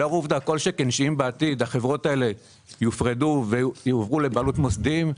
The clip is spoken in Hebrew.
אם בעתיד החברות האלה יופרדו ויועברו לבעלות מוסדיים,